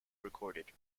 recorded